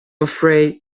afraid